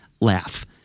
laugh